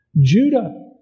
Judah